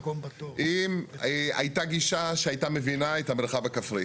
אם הייתה גישה שהייתה מבינה את המרחב הכפרי.